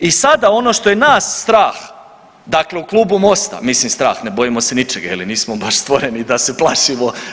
I sada ono što je nas strah, dakle u klubu MOST-a, mislim strah, ne bojimo se ničega nismo baš stvoreni da se plašimo.